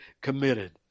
committed